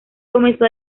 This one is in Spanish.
comenzó